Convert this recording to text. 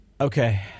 Okay